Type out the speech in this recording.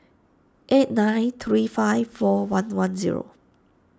eight nine three five four one one zero